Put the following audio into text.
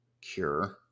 cure